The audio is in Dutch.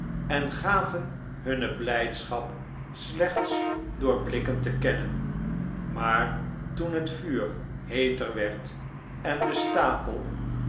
en gaven hunne blijdschap sleehts door bhkkente kennen maar toen het vuur heeter werd en de stapel